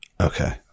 Okay